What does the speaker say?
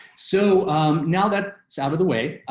so now that out of the way,